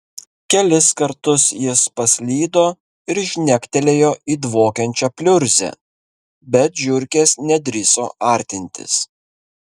kelis kartus jis paslydo ir žnektelėjo į dvokiančią pliurzę bet žiurkės nedrįso artintis